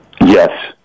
Yes